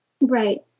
Right